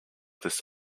this